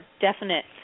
definite